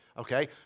Okay